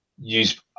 use